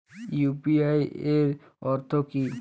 UPI এর অর্থ কি?